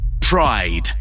pride